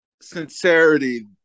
sincerity